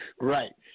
Right